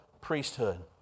priesthood